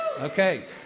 Okay